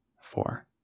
four